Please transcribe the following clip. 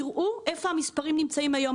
תראו איפה המספרים נמצאים היום.